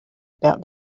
about